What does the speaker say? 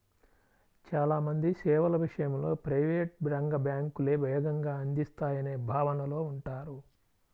చాలా మంది సేవల విషయంలో ప్రైవేట్ రంగ బ్యాంకులే వేగంగా అందిస్తాయనే భావనలో ఉంటారు